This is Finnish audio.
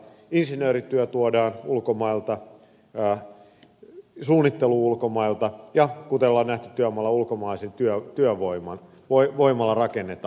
insinöörityö tuodaan ulkomailta suunnittelu ulkomailta ja kuten on nähty työmaalla ulkomaisen työvoiman voimalla rakennetaan